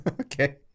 Okay